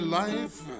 life